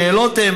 השאלות: